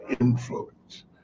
influence